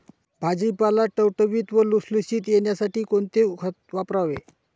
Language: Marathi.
भाजीपाला टवटवीत व लुसलुशीत येण्यासाठी कोणते खत वापरावे?